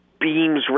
beams